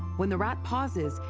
when the rat pauses,